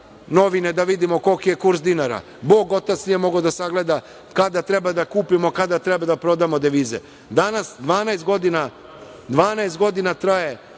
novine da vidimo koliki je kurs dinara. Bog otac nije mogao da sagleda kada treba da kupimo, a kada treba da prodamo devize. Danas 12 godina traje